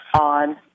on